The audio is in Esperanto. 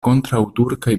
kontraŭturkaj